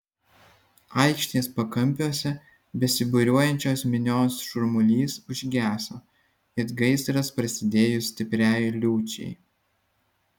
aikštės pakampiuose besibūriuojančios minios šurmulys užgeso it gaisras prasidėjus stipriai liūčiai